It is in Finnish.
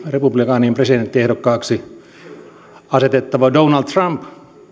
republikaanien presidenttiehdokkaaksi asetettava donald trump